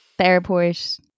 airport